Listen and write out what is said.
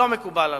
לא מקובל עלי.